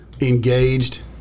engaged